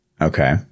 okay